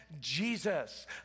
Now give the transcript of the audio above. Jesus